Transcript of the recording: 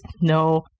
no